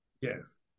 Yes